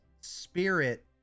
spirit